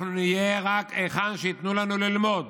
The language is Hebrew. אנחנו נהיה רק היכן שייתנו לנו ללמוד.